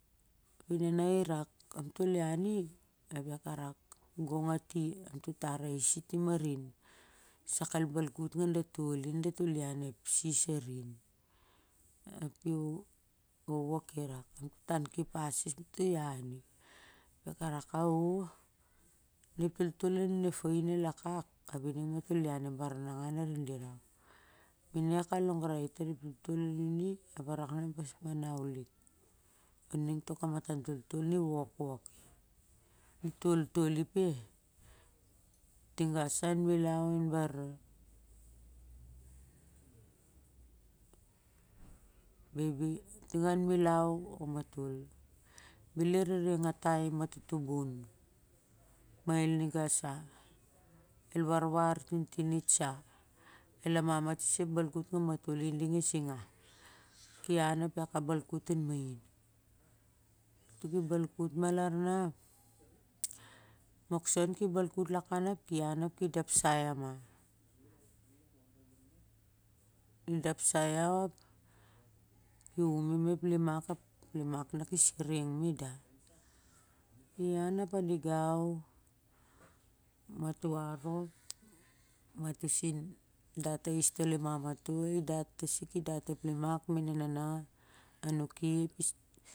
Ap e nana ki rak ap tol ian i ap ia ka rak gong a ti ap i tar aisi sak el balkut nga datoli na datoh ian ep sis avin ap e wowo ki rak am to los pasi arinap antol iani ap ia rak ao na ep toltol anuni el akak ap ia los pasi a rin dira ma i na ia ka longrai tari ep toltol nuni ap ia ka bas nap on i ning to kama tan toltol ai woki i toltol i eh tiga sah an milau on bar, ting an milan on matol bel i re ngatai matoh tubun ma niga sa el warwar tintin it sah el am am a ti sa ep balkut nga matoli ding ep singa ki an ap iau ka balkut an main mato ki balkut ma lar na ap ka balkut an main mato ki balkut ma lar na ap mokson ki balkut lar na ap kian ap ki dapsai ian ma, ki dapsai iau ma lar na ap ki umi ma ep limak ap lar ma na kis iring ma i da ian ap mato arop mato dat a isi toh limam matol i an i dat ep limak ap ia dat ep limam e tasik i dat ep limak main e nana.